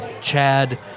Chad